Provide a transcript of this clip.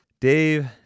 Dave